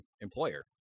employer